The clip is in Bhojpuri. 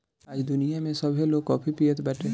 आज दुनिया में सभे लोग काफी पियत बाटे